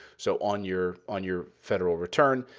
so on your on your federal return,